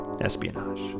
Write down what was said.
Espionage